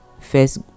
first